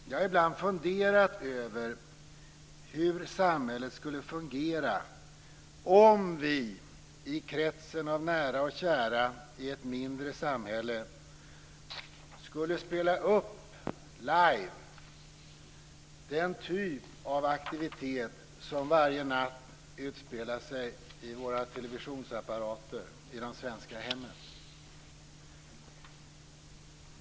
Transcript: Jag har ibland funderat över hur samhället skulle fungera om vi i kretsen av nära och kära i ett mindre samhälle skulle spela upp live den typ av aktiviteter som varje natt utspelar sig i våra televisionsapparater i de svenska hemmen.